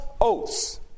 oaths